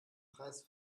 preis